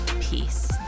peace